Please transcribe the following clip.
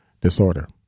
disorder